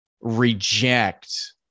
reject